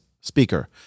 speaker